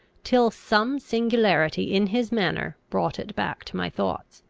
till some singularity in his manner brought it back to my thoughts.